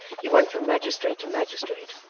he went from magistrate to magistrate,